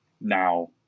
now